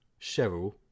Cheryl